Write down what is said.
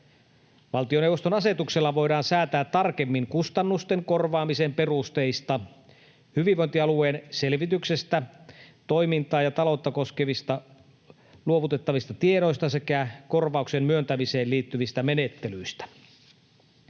Valtioneuvoston asetuksella voidaan säätää tarkemmin kustannusten korvaamisen perusteista, hyvinvointialueen selvityksestä, toimintaa ja taloutta koskevista luovutettavista tiedoista sekä korvauksen myöntämiseen liittyvistä menettelyistä.